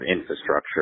infrastructure